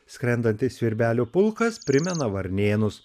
skrendantys svirbelių pulkas primena varnėnus